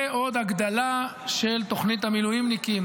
ועוד הגדלה של תוכנית המילואימניקים,